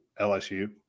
LSU